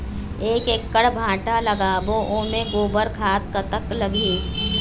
एक एकड़ भांटा लगाबो ओमे गोबर खाद कतक लगही?